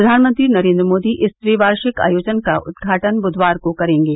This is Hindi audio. प्रधानमंत्री नरेन्द्र मोदी इस ट्विवार्षिक आयोजन का उद्घाटन ब्धवार को करेंगे